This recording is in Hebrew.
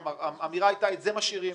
האמירה היתה: את זה משאירים,